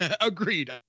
agreed